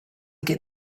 get